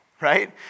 right